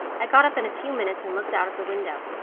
i got up in a few minutes and looked out of the window.